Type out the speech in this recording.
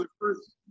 First